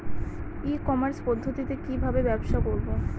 ই commerce পদ্ধতিতে কি ভাবে ব্যবসা করব?